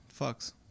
fucks